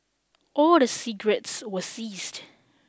all the cigarettes were seized